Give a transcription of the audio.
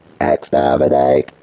Exterminate